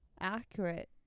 accurate